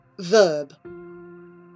Verb